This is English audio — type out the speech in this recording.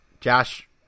Josh